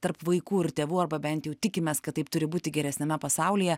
tarp vaikų ir tėvų arba bent jau tikimės kad taip turi būti geresniame pasaulyje